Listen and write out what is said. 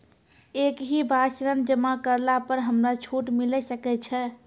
एक ही बार ऋण जमा करला पर हमरा छूट मिले सकय छै?